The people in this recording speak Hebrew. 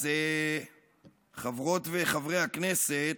אז חברות וחברי הכנסת,